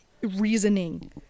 reasoning